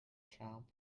trump